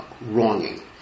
wronging